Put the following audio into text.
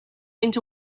went